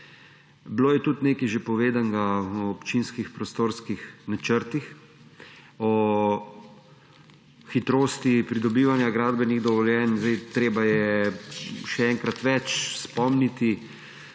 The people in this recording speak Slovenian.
Bilo je tudi nekaj že povedanega o občinskih prostorskih načrtih, o hitrosti pridobivanja gradbenih dovoljenj, treba je še enkrat več spomniti,